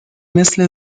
مثل